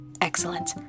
Excellent